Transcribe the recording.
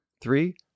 Three-